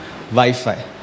Wi-Fi